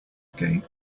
again